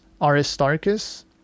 Aristarchus